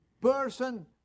person